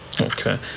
Okay